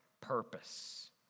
purpose